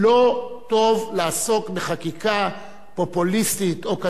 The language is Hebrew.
לא טוב לעסוק בחקיקה פופוליסטית או כזו